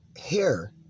hair